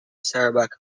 sarawak